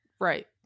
right